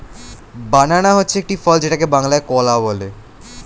বানানা হচ্ছে একটি ফল যেটাকে বাংলায় কলা বলে